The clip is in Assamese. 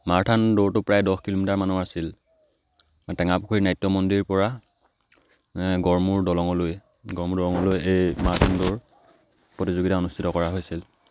মাৰথান দৌৰটো প্ৰায় দহ কিলোমিটাৰমানৰ আছিল টেঙাপুখুৰী নাট্য মন্দিৰৰ পৰা গড়মূৰ দলঙলৈ গড়মূৰ দলঙলৈ সেই মাৰথান দৌৰ প্ৰতিযোগিতা অনুষ্ঠিত কৰা হৈছিল